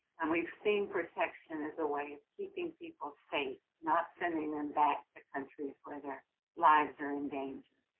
and we've seen protection as a way of keeping people safe, not sending them back to countries where their lives are in danger.